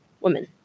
women